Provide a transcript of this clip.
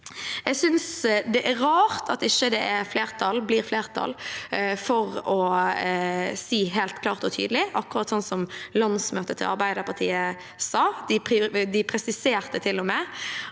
det er rart at det ikke blir flertall for å si det helt klart og tydelig, akkurat sånn som landsmøtet til Arbeiderpartiet sa. De presiserte til og med